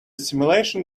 simulation